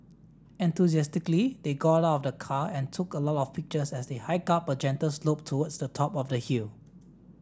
enthusiastically they got out of the car and took a lot of pictures as they hiked up a gentle slope towards the top of the hill